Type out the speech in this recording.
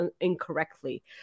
incorrectly